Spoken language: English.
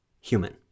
human